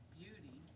beauty